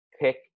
pick